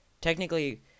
technically